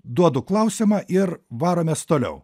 duodu klausimą ir varomės toliau